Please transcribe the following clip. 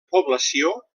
població